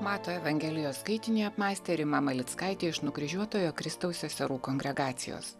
mato evangelijos skaitinį apmąstė rima malickaitė iš nukryžiuotojo kristaus seserų kongregacijos